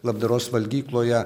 labdaros valgykloje